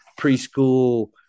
preschool